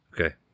Okay